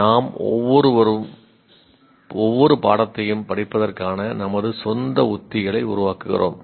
நாம் ஒவ்வொருவரும் ஒவ்வொரு பாடத்தையும் படிப்பதற்கான நமது சொந்த உத்திகளை உருவாக்குகிறோம்